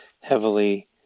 heavily